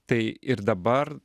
tai ir dabar